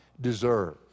deserve